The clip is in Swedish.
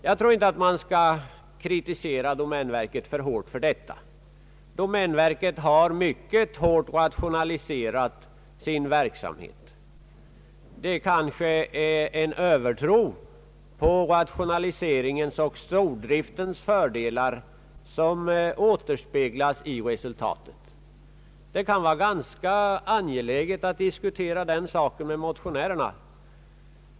Jag tror inte att man skall kritisera domänverket alltför hårt för detta. Domänverket har rationaliserat sin verksamhet mycket hårt. Det är kanske en övertro på rationaliseringens och stordriftens fördelar som avspeglas i resultaten. Det kan vara ganska angeläget att diskutera detta med motionärerna.